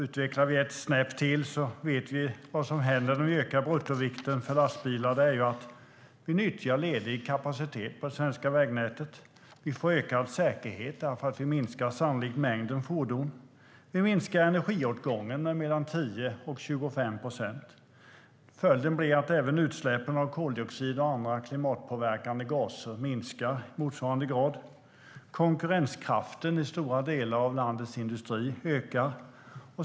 Utvecklar vi det ett snäpp till vet vi vad som händer om vi ökar bruttovikten för lastbilar. Vi nyttjar ledig kapacitet på det svenska vägnätet. Vi får ökad säkerhet eftersom vi sannolikt minskar mängden fordon. Vi minskar energiåtgången med mellan 10 och 25 procent. Följden blir att utsläppen av koldioxid och andra klimatpåverkande gaser minskar i motsvarande grad. Konkurrenskraften ökar för stora delar av landets industri.